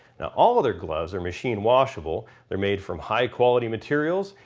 now all of their gloves are machine washable, they're made from high quality materials,